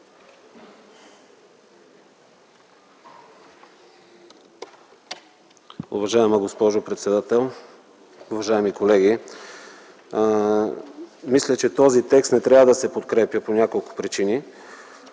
Уважаема госпожо председател, уважаеми колеги! Мисля, че този текст не трябва да се подкрепя по няколко причини.